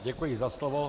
Děkuji za slovo.